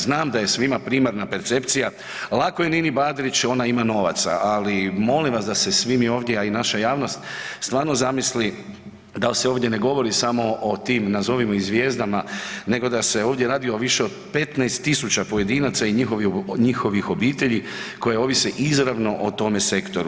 Znam da je svima primarna percepcija lako je Nini Badrić ona ima novaca, ali molim vas da se svi mi ovdje, a i naša javnost stvarno zamisli dal se ovdje ne govori samo o tim nazovimo ih zvijezdama nego da se ovdje radi o više od 15.000 pojedinaca i njihovih obitelji koje ovise izravno o tome sektoru.